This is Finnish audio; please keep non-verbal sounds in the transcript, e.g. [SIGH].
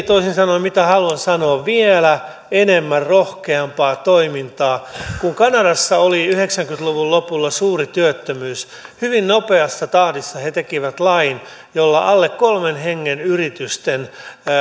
[UNINTELLIGIBLE] toisin sanoen mitä haluan sanoa vielä enemmän rohkeampaa toimintaa kun kanadassa oli yhdeksänkymmentä luvun lopulla suuri työttömyys hyvin nopeassa tahdissa he tekivät lain jolla alle kolmen hengen